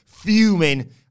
fuming